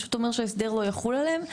פשוט אומר שההסדר לא יחול עליהן,